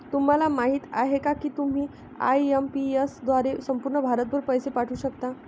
तुम्हाला माहिती आहे का की तुम्ही आय.एम.पी.एस द्वारे संपूर्ण भारतभर पैसे पाठवू शकता